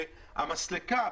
הרי המסלקה,